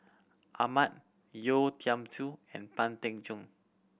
Ahmad Yeo Tiam Siew and Pang Teck Joon